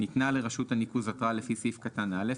(ג)ניתנה לרשות הניקוז התראה לפי סעיף קטן (א),